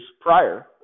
prior